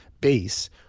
base